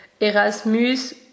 Erasmus